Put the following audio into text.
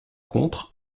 contre